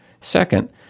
Second